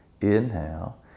Inhale